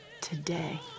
today